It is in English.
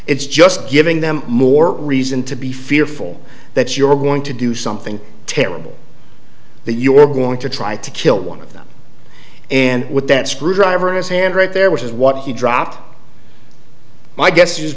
it's just giving them more reason to be fearful that you're going to do something terrible that you're going to try to kill one of them and with that screwdriver his hand right there which is what he dropped my guess is